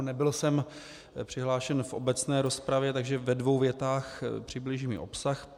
Nebyl jsem přihlášen v obecné rozpravě, takže ve dvou větách přibližný obsah.